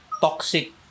toxic